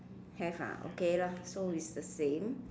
have ah okay lah so it's the same